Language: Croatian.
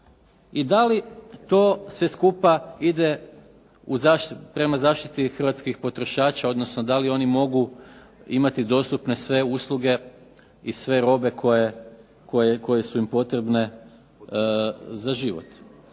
i da li to sve skupa ide prema zaštiti hrvatskih potrošača, odnosno da li oni mogu imati dostupne sve usluge i sve robe koje su im potrebne za život.